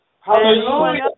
Hallelujah